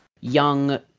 young